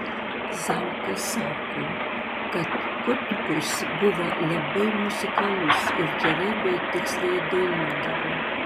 zauka sako kad kutkus buvo labai muzikalus ir gerai bei tiksliai dainuodavo